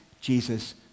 Jesus